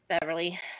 Beverly